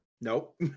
Nope